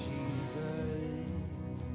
Jesus